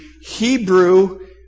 Hebrew